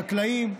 חקלאים,